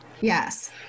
Yes